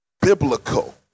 biblical